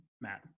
Matt